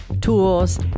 tools